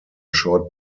short